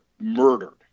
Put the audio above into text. murdered